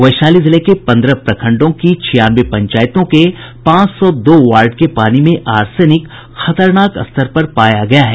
वैशाली जिले के पन्द्रह प्रखंडों की छियानवे पंचायतों के पांच सौ दो वार्ड के पानी में आर्सेनिक खतरनाक स्तर पर पाया गया है